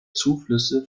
zuflüsse